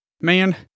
Man